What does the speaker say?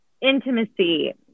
intimacy